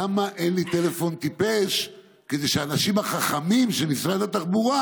למה אין לי טלפון טיפש כדי שהאנשים החכמים של משרד התחבורה